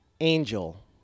angel